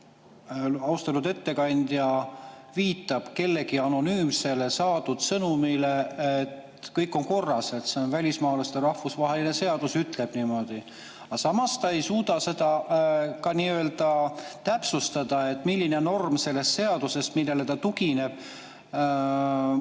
austatud ettekandja viitab kellegi anonüümsele sõnumile, et kõik on korras, välismaalaste rahvusvaheline seadus ütleb niimoodi. Samas ta ei suuda täpsustada, milline norm selles seaduses, millele ta tugineb,